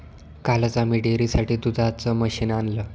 कालच आम्ही डेअरीसाठी दुधाचं मशीन आणलं